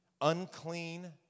unclean